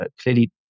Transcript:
clearly